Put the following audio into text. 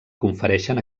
confereixen